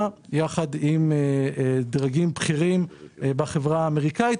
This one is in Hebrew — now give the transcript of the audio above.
יחד עם דרגים בכירים בחברה האמריקנית.